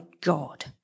God